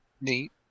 Neat